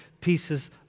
pieces